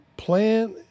Plan